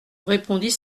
répondit